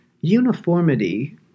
uniformity